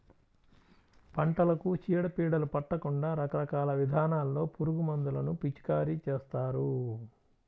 పంటలకు చీడ పీడలు పట్టకుండా రకరకాల విధానాల్లో పురుగుమందులను పిచికారీ చేస్తారు